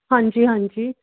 ਹਾਂਜੀ ਹਾਂਜੀ